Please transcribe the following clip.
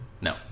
No